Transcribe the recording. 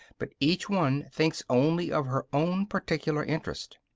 but each one thinks only of her own particular interest.